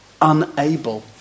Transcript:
unable